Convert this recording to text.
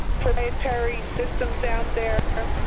proprietary systems out there,